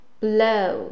blow